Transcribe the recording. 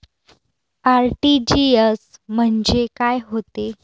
RTGS म्हंजे काय होते?